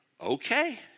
okay